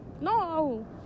No